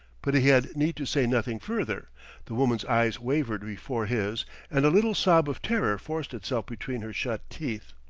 but he had need to say nothing further the woman's eyes wavered before his and a little sob of terror forced itself between her shut teeth.